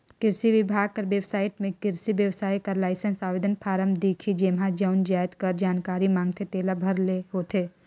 किरसी बिभाग कर बेबसाइट में किरसी बेवसाय बर लाइसेंस आवेदन फारम दिखही जेम्हां जउन जाएत कर जानकारी मांगथे तेला भरे ले होथे